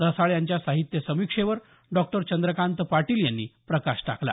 रसाळ यांच्या साहित्य समीक्षेवर डॉक्टर चंद्रकांत पाटील यांनी प्रकाश टाकला